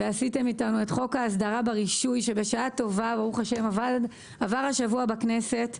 ועשיתם אתנו את חוק ההסדרה ברישוי שבשעה טובה ב"ה עבר השבוע בכנסת.